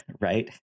right